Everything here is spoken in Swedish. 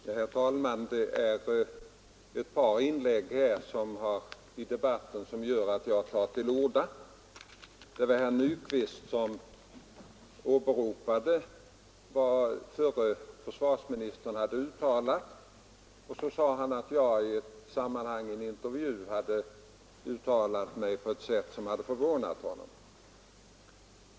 Herr talman! Det är ett par inlägg i debatten som gör att jag tar till orda. Herr Nyquist åberopade vad förre försvarsministern hade uttalat och tillade att jag i en intervju hade uttalat mig på ett sätt som hade förvånat herr Nyquist.